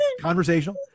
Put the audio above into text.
conversational